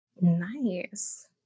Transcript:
Nice